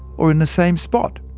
or in the same spot.